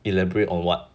elaborate on what